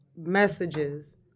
messages